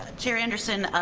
chair anderson,